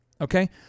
okay